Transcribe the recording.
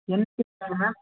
என் ma'am